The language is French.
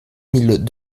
mille